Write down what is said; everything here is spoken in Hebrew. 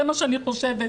זה מה שאני חושבת.